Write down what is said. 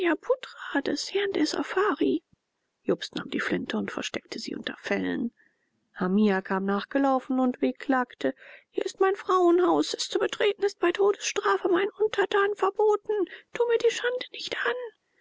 des herrn der safari jobst nahm die flinte und versteckte sie unter fellen hamia kam nachgelaufen und wehklagte hier ist mein frauenhaus es zu betreten ist bei todesstrafe meinen untertanen verboten tu mir die schande nicht an